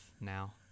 now